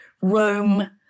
Rome